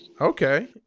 Okay